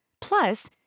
Plus